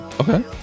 Okay